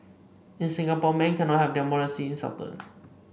in Singapore men cannot have their modesty insulted